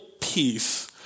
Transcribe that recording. peace